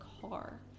car